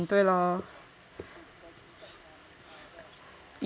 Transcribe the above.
hmm 对 loh